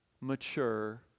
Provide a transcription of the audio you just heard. mature